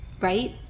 Right